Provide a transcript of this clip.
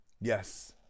Yes